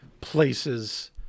places